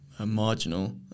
marginal